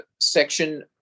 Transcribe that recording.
section